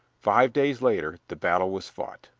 five days later the battle was fought.